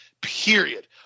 period